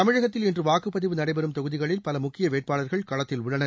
தமிழகத்தில் இன்று வாக்குப்பதிவு நடைபெறும் தொகுதிகளில் பல முக்கிய வேட்பாளர்கள் களத்தில் உள்ளனர்